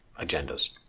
agendas